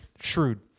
shrewd